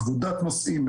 כבודת נוסעים,